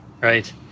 Right